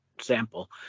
sample